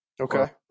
Okay